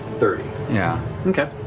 thirty. yeah okay,